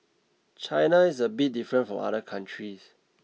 China is a bit different from other countries